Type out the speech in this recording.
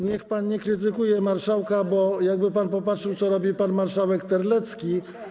Niech pan nie krytykuje marszałka, bo jakby pan popatrzył, co robi pan marszałek Terlecki.